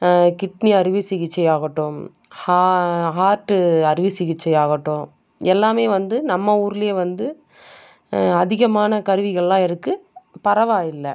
kidney அறுவை சிகிச்சையாகட்டும் heart அறுவை சிகிச்சையாகட்டும் எல்லாமே வந்து நம்ம ஊரிலே வந்து அதிகமான கருவிகளெலாம் இருக்குது பரவாயில்லை